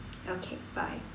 okay bye